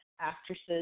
actresses